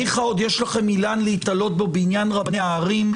ניחא עוד יש לכם אילן להיתלות בו בעניין רבני הערים,